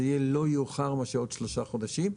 יהיה לא יאוחר מאשר עוד שלושה חודשים.